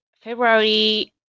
February